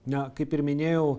na kaip ir minėjau